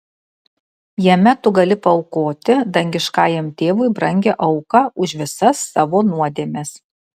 jame tu gali paaukoti dangiškajam tėvui brangią auką už visas savo nuodėmes